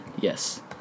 yes